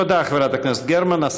תודה, חברת הכנסת גרמן.